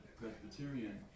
Presbyterian